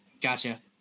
Gotcha